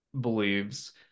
believes